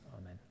Amen